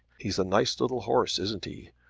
he's a nice little horse, isn't he?